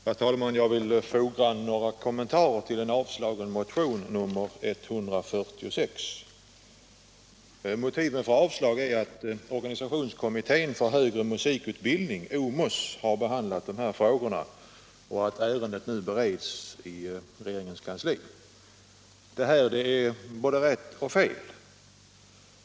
Herr talman! Jag vill foga några kommentarer till en avstyrkt motion, nr 146. Motiven för avstyrkande är att organisationskommittén för högre musikutbildning, OMUS, har behandlat de här frågorna och att ärendet nu bereds i regeringens kansli. Det här är både rätt och fel.